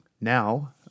now